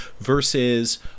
versus